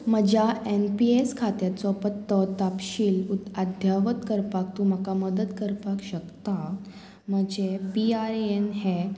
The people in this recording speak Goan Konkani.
म्हज्या एन पी एस खात्याचो पत्तो तापशील आध्यावत करपाक तूं म्हाका मदत करपाक शकता म्हजें पी आर ए एन हे